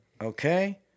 okay